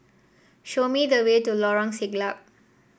show me the way to Lorong Siglap